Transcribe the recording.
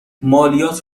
مالیات